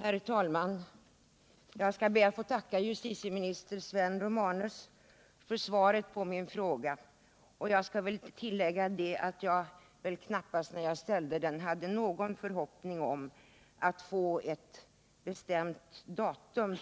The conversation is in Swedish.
Herr talman! Jag ber att få tacka justitieminister Sven Romanus för svaret på min fråga och skall väl tillägga att jag när jag ställde den knappast hade någon förhoppning om att få besked om ett bestämt datum